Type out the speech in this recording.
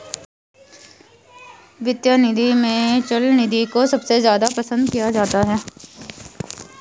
वित्तीय बाजार में चल निधि को सबसे ज्यादा पसन्द किया जाता है